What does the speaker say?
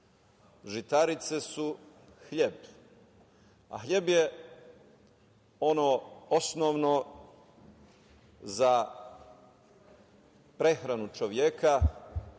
Žitarice su hleb, a hleb je ono osnovno za prehranu čoveka